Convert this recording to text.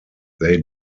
they